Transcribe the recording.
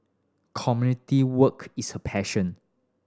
community work is her passion